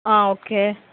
okay